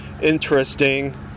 interesting